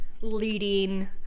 leading